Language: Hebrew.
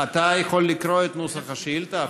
את נוסח השאילתה,